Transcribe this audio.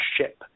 ship